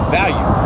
value